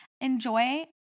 enjoy